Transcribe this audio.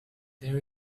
there